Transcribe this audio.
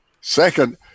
Second